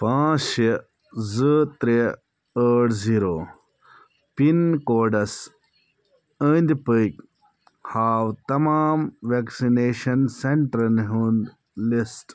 پانٛژھ شےٚ زٕ ترے ٲٹھ زیٖرو پِن کوڈس أنٛدۍ پٔکۍ ہاو تمام ویکسِنیشن سینٹرن ہُنٛد لسٹ